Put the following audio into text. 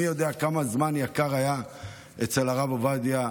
מי יודע כמה יקר היה הזמן אצל הרב עובדיה,